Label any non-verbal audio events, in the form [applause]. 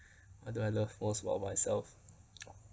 [breath] what do I love most about myself [noise]